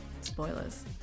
Spoilers